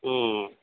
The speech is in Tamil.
ம்